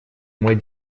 мой